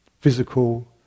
physical